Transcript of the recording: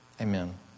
Amen